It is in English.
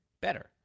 better